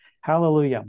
Hallelujah